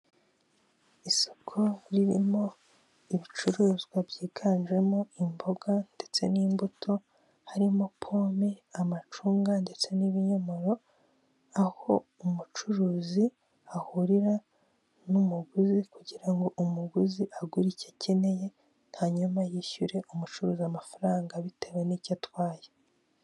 Umuntu wambaye umupira wa oranje wicaye mu ntebe ya purasitike wegamye, inyuma ye hari utubati tubiri tubikwamo, kamwe gasa umweru akandi gasa kacyi harimo ibikoresho bitandukanye.